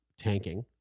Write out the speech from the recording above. tanking